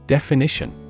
Definition